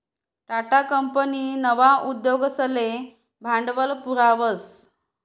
Tata company नवा उद्योगसले भांडवल पुरावस